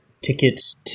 tickets